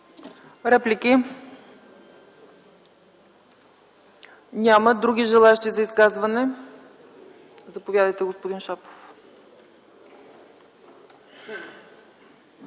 Реплики? Няма. Други желаещи за изказвания? Заповядайте, господин Шопов.